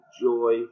joy